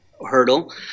hurdle